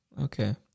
okay